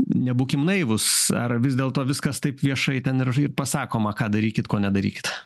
nebūkim naivūs ar vis dėlto viskas taip viešai ten ir pasakoma ką darykit ko nedarykit